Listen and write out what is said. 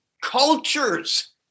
cultures